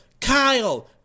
Kyle